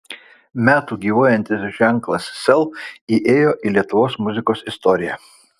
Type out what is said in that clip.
metų gyvuojantis ženklas sel įėjo į lietuvos muzikos istoriją